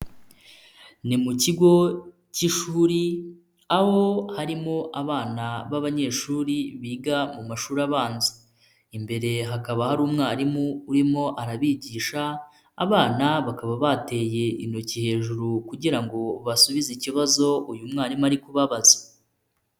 Ni mu kigo k'ishuri aho harimo abana b'abanyeshuri biga mu mashuri abanza, imbere hakaba hari umwarimu urimo arabigisha abana bakaba bateye intoki hejuru kugira ngo basubize ikibazo uyu mwarimu ari kubabaza.